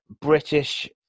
British